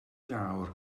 lawr